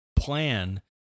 plan